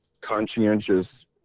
conscientious